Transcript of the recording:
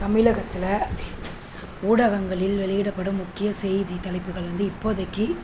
தமிழகத்தில் ஊடகங்களில் வெளியிடப்படும் முக்கிய செய்தி தலைப்புகள் வந்து இப்போதைக்கு